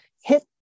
hit